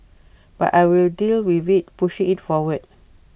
but I will deal with IT pushing IT forward